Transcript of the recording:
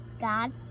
God